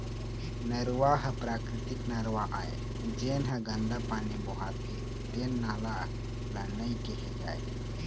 नरूवा ह प्राकृतिक नरूवा आय, जेन ह गंदा पानी बोहाथे तेन नाला ल नइ केहे जाए